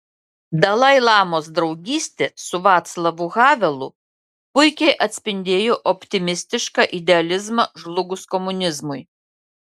dalai lamos draugystė su vaclavu havelu puikiai atspindėjo optimistišką idealizmą žlugus komunizmui